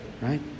right